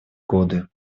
годы